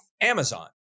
Amazon